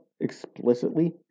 explicitly